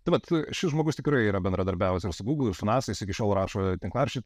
tai vat šis žmogus tikrai yra bendradarbiavęs ir su google ir su nasa iki šiol rašo tinklaraščius